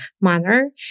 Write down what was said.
manner